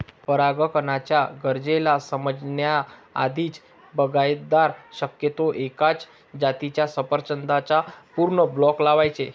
परागकणाच्या गरजेला समजण्या आधीच, बागायतदार शक्यतो एकाच जातीच्या सफरचंदाचा पूर्ण ब्लॉक लावायचे